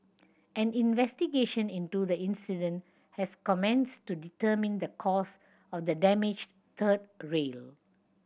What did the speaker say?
an investigation into the incident has commenceds to determine the cause of the damaged third rail